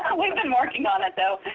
we've been working on it though.